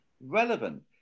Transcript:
relevant